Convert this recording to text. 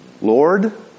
Lord